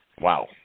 Wow